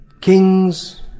kings